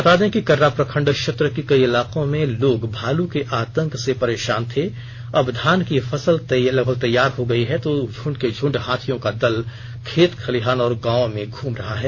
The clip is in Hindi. बता दें कि कर्रा प्रखंड क्षेत्र के कई इलाकों में लोग भालू के आतंक से परेशान थे अब धान की फसल लगभग तैयार हो गयी है तो झुंड के झुंड हाथियों का दल खेत खलिहान और गांवों में घूम रहा है